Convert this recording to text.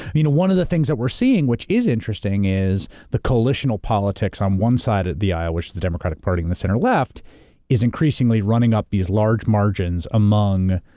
you know one of the things that we're seeing which is interesting is the coalitional politics on one side of the aisle, which the democratic party and the center left is increasingly running up these large margins among